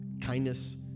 kindness